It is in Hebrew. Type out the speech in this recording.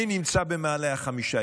אני נמצא במעלה החמישה,